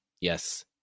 yes